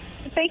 Thank